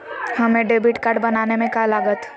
हमें debit card बनाने में का लागत?